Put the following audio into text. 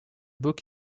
book